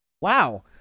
Wow